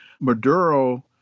Maduro